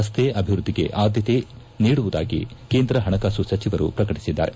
ರಸ್ತೆ ಅಭಿವ್ಯದ್ದಿಗೆ ಆದ್ದತೆ ನೀಡುವುದಾಗಿ ಕೇಂದ್ರ ಪಣಕಾಸು ಸಚಿವರು ಪ್ರಕಟಿಸಿದ್ದಾರೆ